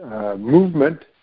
Movement